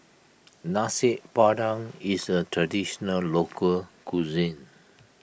Nasi Padang is a Traditional Local Cuisine